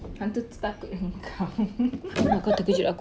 hantu tu takut dengan kau